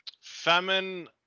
Famine